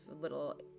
little